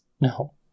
No